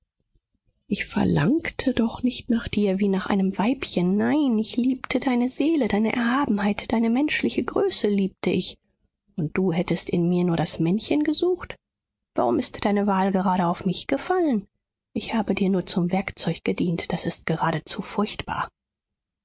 ich verlangte doch nicht nach dir wie nach einem weibchen nein ich liebte deine seele deine erhabenheit deine menschliche größe liebte ich und du hättest in mir nur das männchen gesucht warum ist deine wahl gerade auf mich gefallen ich habe dir nur zum werkzeug gedient das ist geradezu furchtbar